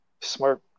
smart